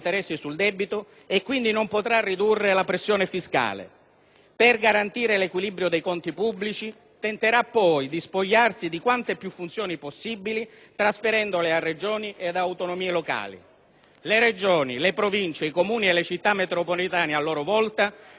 Per garantire l'equilibrio dei conti pubblici tenterà poi di spogliarsi di quante più funzioni possibile, trasferendole a Regioni ed autonomie locali. Le Regioni, le Province, i Comuni, le Città metropolitane, a loro volta, non potranno ulteriormente indebitarsi - cosa buona e giusta